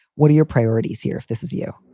what are your priorities here, if this is you?